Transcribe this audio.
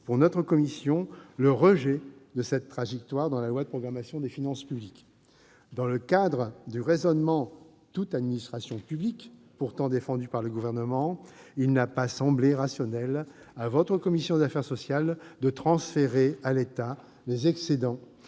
pour notre commission, le rejet de cette trajectoire dans la loi de programmation des finances publiques. Dans le cadre du raisonnement « toutes administrations publiques », pourtant défendu par le Gouvernement, il n'a pas semblé rationnel à votre commission des affaires sociales de transférer à l'État des excédents